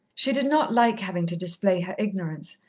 she did not like having to display her ignorance,